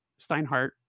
steinhardt